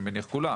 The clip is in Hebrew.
אני מניח שכולם.